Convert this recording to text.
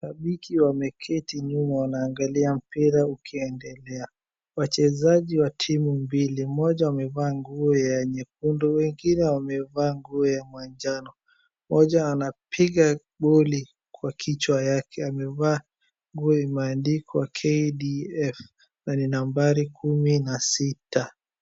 Mashabiki wameketi nyuma wanaangalia mpira ukiendelea, wachezaji wa timu mbili, mmoja amevaa nguo ya nyekundu, wengine wamevaa nguo ya manjano. Mmoja anapiga boli kwa kichwa yake, amevaa nguo imeandikwa KDF na ni nambari kumi na sita.